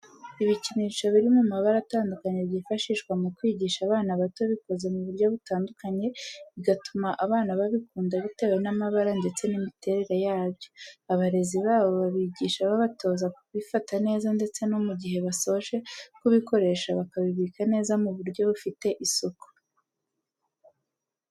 Ibikinisho biri mu mabara atandukanye byifashishwa mu kwigisha abana bato bikoze mu buryo butandukanye bigatuma abana babikunda bitewe n'amabara ndetse n'imiterere yabyo, abarezi babo babigisha babatoza kubifata neza ndetse no mu gihe basoje kubikoresha bakabibika neza mu buryo bufite isuku.